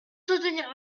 soutenir